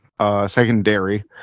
secondary